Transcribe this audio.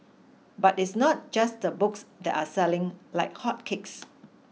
but it's not just the books that are selling like hotcakes